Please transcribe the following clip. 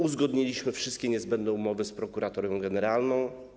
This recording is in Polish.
Uzgodniliśmy wszystkie niezbędne umowy z Prokuratorią Generalną.